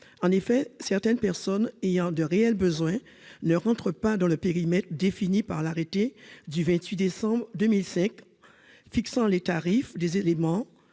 En effet, certaines personnes ayant de réels besoins ne rentrent pas dans le périmètre défini par l'arrêté du 28 décembre 2005 fixant les tarifs des éléments